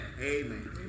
Amen